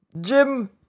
Jim